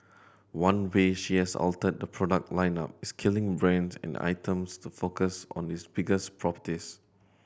one way she has altered the product lineup is killing brands and items to focus on its biggest properties